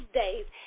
days